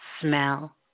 smell